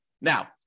Now